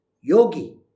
yogi